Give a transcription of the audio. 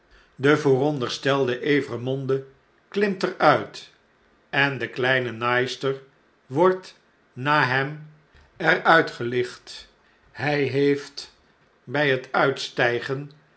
de vooronderstelde evremonde klimt eruit en de kleine naaister wordt na hem er uitgelicht hij heeft by het uitstijgen